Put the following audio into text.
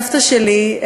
סבתא שלי,